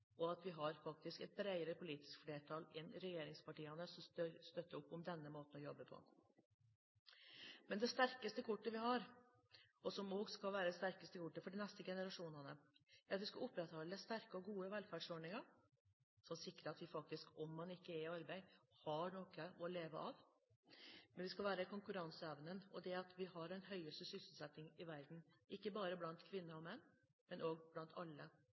og over at vi faktisk har et bredere politisk flertall enn regjeringspartiene som støtter opp om denne måten å jobbe på. Men det sterkeste kortet vi har, og som også skal være det sterkeste kortet for de neste generasjonene, er at vi skal opprettholde sterke og gode velferdsordninger, som sikrer at man om man ikke er i arbeid, faktisk har noe å leve av. Men vi skal også bevare konkurranseevnen og det at vi har den høyeste sysselsettingen i verden – ikke bare blant kvinner og menn, men blant alle.